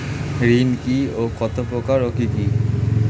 ঋণ কি ও কত প্রকার ও কি কি?